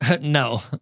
No